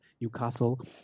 Newcastle